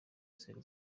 nzego